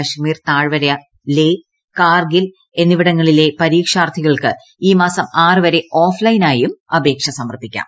കില്ല്മീർ താഴ്വര ലേ കാർഗിൽ എന്നിവിടങ്ങളിലെ പരീക്ഷാർത്തികൾക്ക് ഈ മാസം ആറ് വരെ ഓഫ്ലൈനായും അപ്പേക്ഷ സമർപ്പിക്കാം